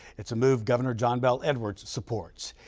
it's a move governor john bel edwards supports.